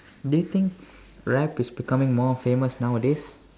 do you think rap is becoming more famous nowadays